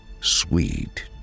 Sweet